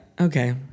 Okay